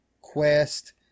Quest